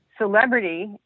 Celebrity